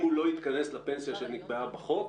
אם הוא לא יתכנס לפנסיה שנקבעה בחוק,